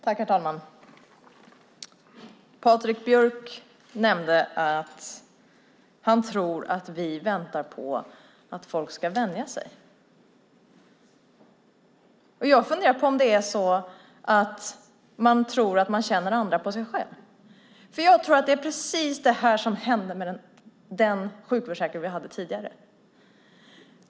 Herr talman! Patrik Björck nämnde att han tror att vi väntar på att folk ska vänja sig. Jag funderar på om det är så att man tror att man känner andra genom sig själv. Jag tror att det är precis det här som hände med den sjukförsäkring vi hade tidigare.